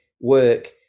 work